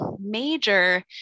Major